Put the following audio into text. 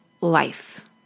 life